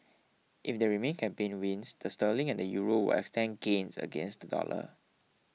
if the Remain campaign wins the sterling and the Euro will extend gains against the dollar